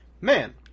man